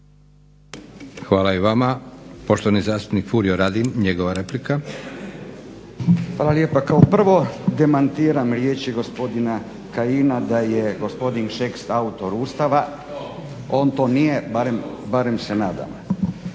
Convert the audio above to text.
Hvala i vama. Poštovani zastupnik Furio Radin, njegova replika. **Radin, Furio (Nezavisni)** Pa kao prvo demantiram riječi gospodina Kajina da je gospodin Šeks autor Ustava, on to nije, barem se nadam.